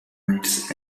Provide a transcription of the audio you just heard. nights